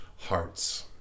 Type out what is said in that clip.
hearts